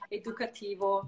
educativo